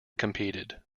competed